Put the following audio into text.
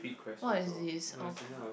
what is this okay